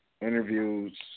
interviews